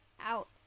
out